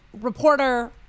reporter